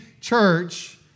church